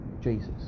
Jesus